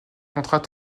contrat